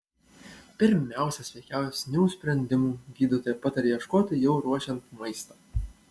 pirmiausia sveikesnių sprendimų gydytoja pataria ieškoti jau ruošiant maistą